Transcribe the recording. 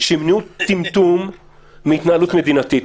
שימנעו טמטום בהתנהלות מדינתית.